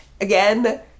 Again